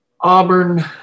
Auburn